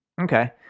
okay